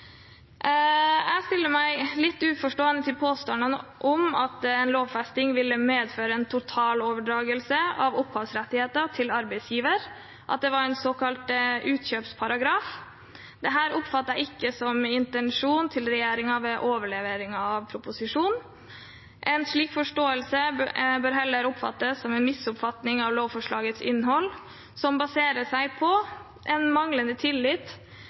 Jeg stiller meg litt uforstående til påstandene om at en lovfesting ville medføre en totaloverdragelse av opphavsrettigheter til arbeidsgiver, at det var en såkalt utkjøpsparagraf. Dette oppfattet jeg ikke som intensjonen til regjeringen ved overleveringen av proposisjonen. En slik forståelse bør heller oppfattes som en misoppfatning av lovforslagets innhold som baserer seg på en manglende tillit